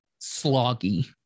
sloggy